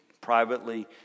privately